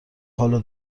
حالو